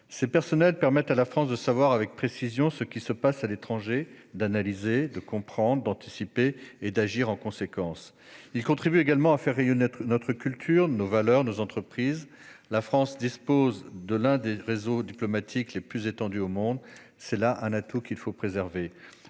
Ces personnels permettent à la France de savoir avec précision ce qui se passe à l'étranger, d'analyser, de comprendre, d'anticiper et d'agir en conséquence. Ils contribuent également à faire rayonner notre culture, nos valeurs, nos entreprises. En effet, la France dispose de l'un des réseaux diplomatiques les plus étendus au monde ; c'est un atout qu'il faut préserver.